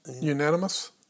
Unanimous